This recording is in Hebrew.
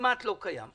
שכמעט לא קיים.